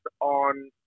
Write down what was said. on